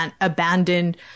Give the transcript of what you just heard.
abandoned